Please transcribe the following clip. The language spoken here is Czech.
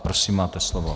Prosím, máte slovo.